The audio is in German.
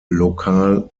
lokal